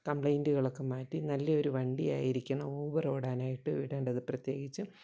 കംപ്ലയിൻ്റുകളൊക്കെ മാറ്റി നല്ലൊരു വണ്ടിയായിരിക്കണം ഊബർ ഓടാനായിട്ട് വിടേണ്ടത് പ്രത്യേകിച്ചും